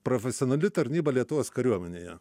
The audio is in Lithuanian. profesionali tarnyba lietuvos kariuomenėje